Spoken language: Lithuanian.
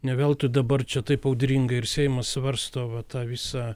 ne veltui dabar čia taip audringai ir seimas svarsto va tą visą